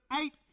eight